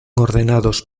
ordenados